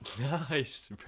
Nice